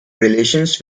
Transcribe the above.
relations